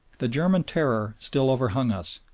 the german terror still overhung us,